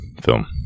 film